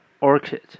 orchid